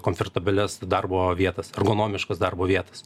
komfortabilias darbo vietas ergonomiškas darbo vietas